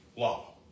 law